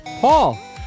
Paul